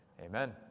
Amen